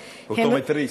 אופטומטריסט.